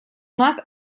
нас